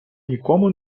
нікому